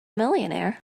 millionaire